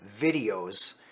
videos